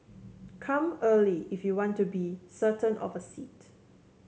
come early if you want to be certain of a seat